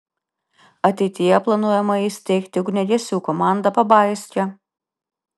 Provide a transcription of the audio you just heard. ateityje planuojama įsteigti ugniagesių komandą pabaiske